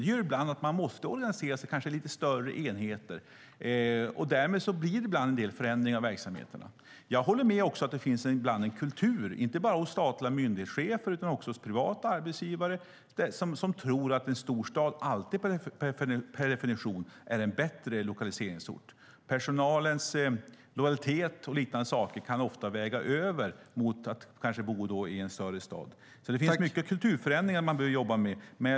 Det gör att man ibland kanske måste organisera sig i lite större enheter, och därmed blir det ibland en del förändringar i verksamheterna. Jag håller även med om att det ibland finns en kultur, inte bara hos statliga myndighetschefer utan också hos privata arbetsgivare, där man tror att en storstad per definition alltid är en bättre lokaliseringsort. Men personalens lojalitet och liknande saker kan ofta väga över mot att bo i en större stad, så det finns alltså mycket kulturförändringar att jobba med.